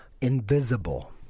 invisible